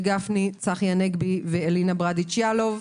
צחי הנגבי ואלינה ברדץ יאלוב.